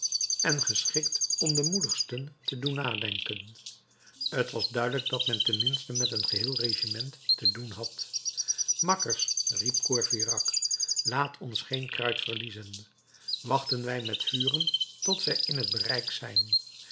en geschikt om de moedigsten te doen nadenken t was duidelijk dat men ten minste met een geheel regiment te doen had makkers riep courfeyrac laat ons geen kruit verliezen wachten wij met vuren tot zij in het bereik zijn